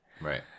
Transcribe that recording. Right